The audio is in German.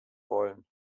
wollen